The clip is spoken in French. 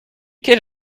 quel